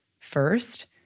first